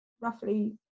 roughly